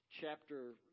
Chapter